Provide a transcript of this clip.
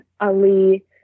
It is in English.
Ali